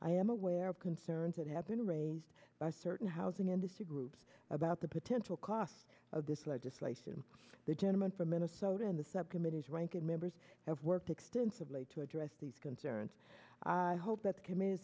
i am aware of concerns that have been raised by certain housing industry groups about the potential cost of this legislation the gentleman from minnesota and the subcommittees ranking members have worked extensively to address these concerns i hope that committe